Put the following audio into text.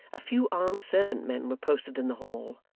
a few armed servant-men were posted in the hall,